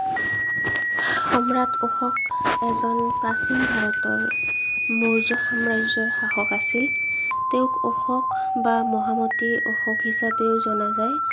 সম্ৰাট অশোক এজন প্ৰাচীন ভাৰতৰ মৌৰ্য সাম্ৰাজ্যৰ শাসক আছিল তেওঁক অশোক বা মহামতী অশোক হিচাপেও জনা যায়